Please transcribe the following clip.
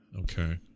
okay